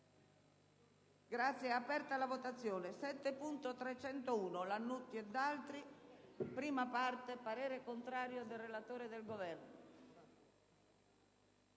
Grazie,